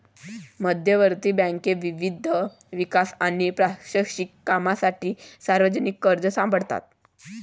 मध्यवर्ती बँक विविध विकास आणि प्रशासकीय कामांसाठी सार्वजनिक कर्ज सांभाळते